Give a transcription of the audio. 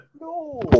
No